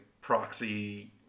proxy